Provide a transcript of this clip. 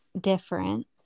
different